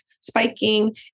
spiking